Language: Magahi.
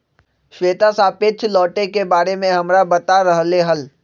श्वेता सापेक्ष लौटे के बारे में हमरा बता रहले हल